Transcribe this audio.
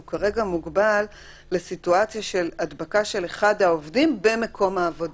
הוא כרגע מוגבל לסיטואציה של הדבקה של אחד העובדים במקום העבודה.